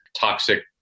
toxic